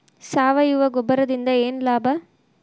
ಸಾವಯವ ಗೊಬ್ಬರದಿಂದ ಏನ್ ಲಾಭ?